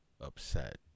upset